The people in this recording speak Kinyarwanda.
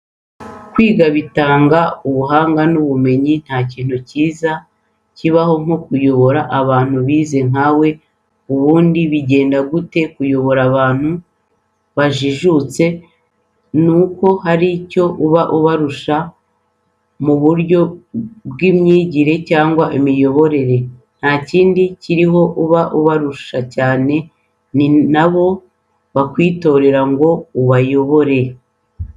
Kwiga bitanga ubuhanga n'ubumenyi ntakintu kiza kibaho nkokuyobora abantu bize nkawe ubundi bigenda gute kuyobora abantu bajijutse nuko hari icyo uba ubarusha muburyo bwimyigire cyangwa mweimiyoborere ntakindi kiraho uba ubarusha cyane ninabo bakwihitiramo ngo ubayobore.